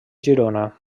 girona